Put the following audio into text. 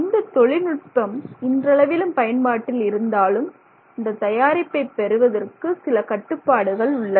இந்த தொழில்நுட்பம் இன்றளவிலும் பயன்பாட்டில் இருந்தாலும் இந்த தயாரிப்பை பெறுவதற்கு சில கட்டுப்பாடுகள் உள்ளன